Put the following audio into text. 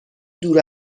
دور